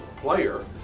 player